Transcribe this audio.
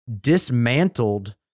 dismantled